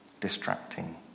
distracting